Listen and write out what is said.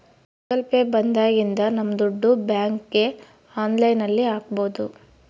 Google Pay ಬಂದಾಗಿನಿಂದ ನಮ್ ದುಡ್ಡು ಬ್ಯಾಂಕ್ಗೆ ಆನ್ಲೈನ್ ಅಲ್ಲಿ ಹಾಕ್ಬೋದು